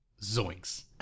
Zoinks